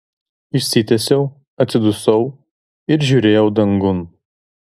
išsitiesiau atsidusau ir žiūrėjau dangun